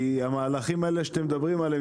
כי המהלכים האלה שאתם מדברים עליהם,